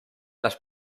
las